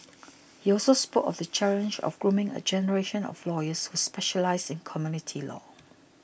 he also spoke of the challenge of grooming a generation of lawyers who specialise in community law